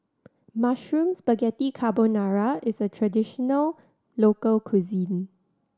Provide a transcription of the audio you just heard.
Mushroom Spaghetti Carbonara is a traditional local cuisine